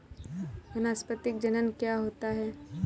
वानस्पतिक जनन क्या होता है?